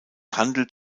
handelt